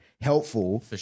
helpful